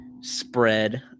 spread